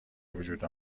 بوجود